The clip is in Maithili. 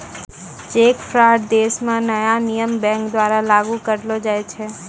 चेक फ्राड देश म नया नियम बैंक द्वारा लागू करलो जाय छै